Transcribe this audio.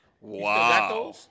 Wow